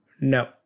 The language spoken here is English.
No